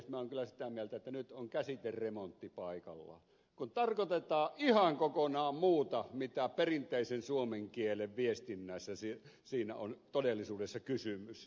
minä olen kyllä sitä mieltä että nyt on käsiteremontti paikallaan kun tarkoitetaan ihan kokonaan muuta kuin mistä perinteisen suomen kielen viestinnässä siinä on todellisuudessa kysymys